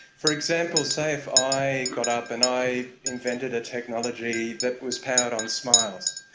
for example, say if i got up and i invented a technology that was powered on smiles.